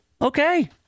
okay